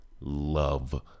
love